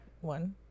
one